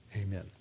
amen